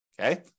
Okay